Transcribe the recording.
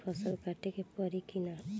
फसल काटे के परी कि न?